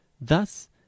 Thus